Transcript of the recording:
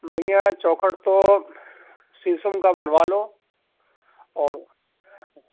بھیا چوکھٹ تو شیشم کا بنوا لو اور